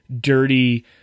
dirty